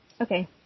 Okay